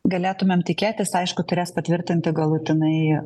galėtumėm tikėtis aišku turės patvirtinti galutinai